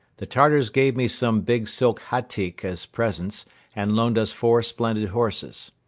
the tartars gave me some big silk hatyk as presents and loaned us four splendid horses.